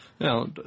Now